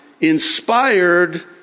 inspired